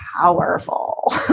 powerful